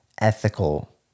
ethical